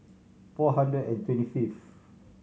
four hundred and twenty fifth